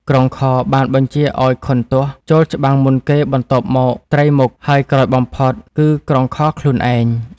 ក្រុងខរ បានបញ្ជាឱ្យ ខុនទសណ៍ ចូលច្បាំងមុនគេបន្ទាប់មក ត្រីមុខ ហើយក្រោយបំផុត គឺក្រុងខរខ្លួនឯង។